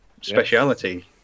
speciality